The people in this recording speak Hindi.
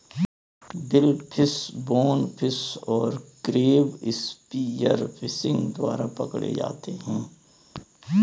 बिलफिश, बोनफिश और क्रैब स्पीयर फिशिंग द्वारा पकड़े जाते हैं